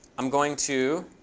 i'm going to